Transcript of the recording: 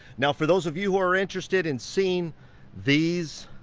now, for those of you who are interested in seeing these